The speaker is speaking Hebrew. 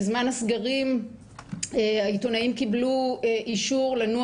בזמן הסגרים העיתונאים קיבלו אישור לנוע